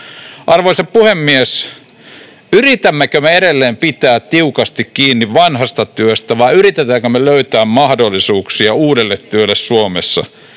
Arvoisa puhemies! Yritämmekö me edelleen pitää tiukasti kiinni vanhasta työstä, vai yritämmekö me löytää mahdollisuuksia uudelle työlle Suomessa?